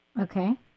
Okay